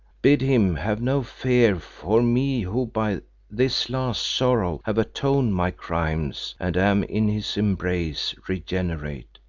bid him have no fear for me who by this last sorrow have atoned my crimes and am in his embrace regenerate.